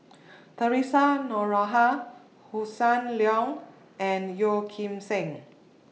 Theresa Noronha Hossan Leong and Yeoh Ghim Seng